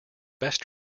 best